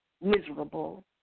miserable